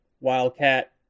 Wildcat